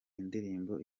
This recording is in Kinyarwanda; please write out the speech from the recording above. indirimbo